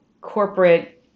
corporate